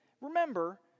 remember